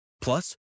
Plus